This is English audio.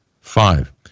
five